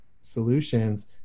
solutions